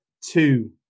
two